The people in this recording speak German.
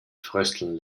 frösteln